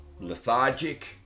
lethargic